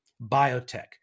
biotech